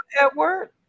Edward